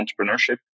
entrepreneurship